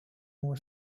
more